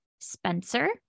Spencer